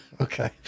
Okay